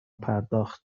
پرداخت